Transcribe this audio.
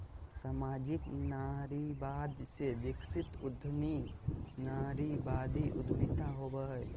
सामाजिक नारीवाद से विकसित उद्यमी नारीवादी उद्यमिता होवो हइ